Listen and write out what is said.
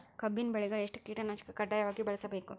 ಕಬ್ಬಿನ್ ಬೆಳಿಗ ಎಷ್ಟ ಕೀಟನಾಶಕ ಕಡ್ಡಾಯವಾಗಿ ಬಳಸಬೇಕು?